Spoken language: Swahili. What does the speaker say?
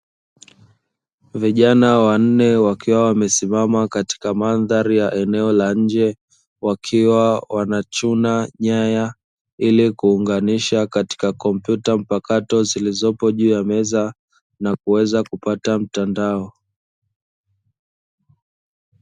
Vijana wanne wakiwa wamesimama katika mandhari ya eneo la nje, wakiwa wanachuna nyaya ili kuunganisha katika kompyuta mpakato zilizopo juu ya meza na kuweza kupata mtandao.